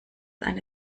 eine